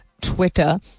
Twitter